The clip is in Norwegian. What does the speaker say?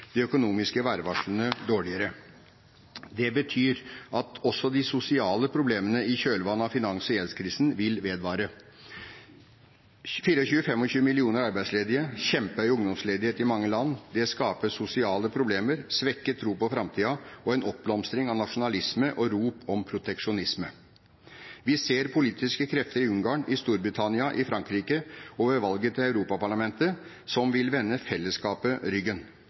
de økonomiske værvarslene dårligere. Det betyr at også de sosiale problemene i kjølvannet av finans- og gjeldskrisen vil vedvare. Det er 24–25 millioner arbeidsledige og kjempehøy ungdomsledighet i mange land. Det skaper sosiale problemer, svekket tro på framtiden og en oppblomstring av nasjonalisme og rop om proteksjonisme. Vi ser politiske krefter i Ungarn, i Storbritannia, i Frankrike og ved valget til Europaparlamentet som vil vende fellesskapet ryggen.